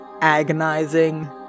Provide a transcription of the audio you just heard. agonizing